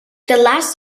last